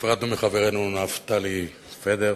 נפרדנו מחברנו נפתלי פדר.